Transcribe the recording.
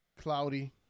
Cloudy